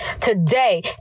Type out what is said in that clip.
today